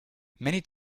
many